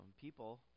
people